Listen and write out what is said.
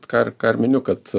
vat ką ir ką ir miniu kad